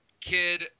kid